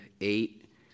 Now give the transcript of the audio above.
eight